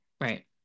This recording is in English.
right